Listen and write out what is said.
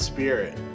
Spirit